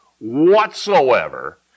whatsoever